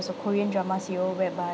is a korean drama serial whereby